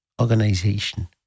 organization